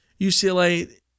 UCLA